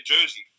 jersey